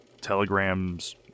Telegrams